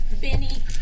Benny